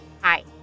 Hi